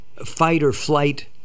fight-or-flight